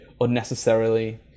unnecessarily